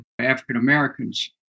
African-Americans